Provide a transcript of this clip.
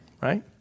right